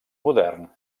modern